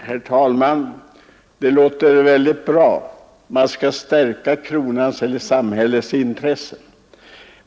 Herr talman! Det låter väldigt bra att man skall stärka kronans möjligheter att bevaka sina intressen.